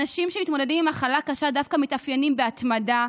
אנשים שמתמודדים עם מחלה קשה דווקא מתאפיינים בהתמדה,